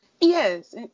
Yes